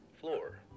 floor